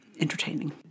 entertaining